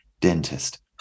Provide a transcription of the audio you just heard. dentist